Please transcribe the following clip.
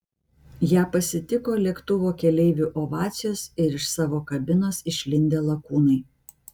ją pasitiko lėktuvo keleivių ovacijos ir iš savo kabinos išlindę lakūnai